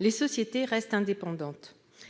Les sociétés restent indépendantes.